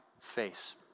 face